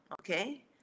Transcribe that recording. okay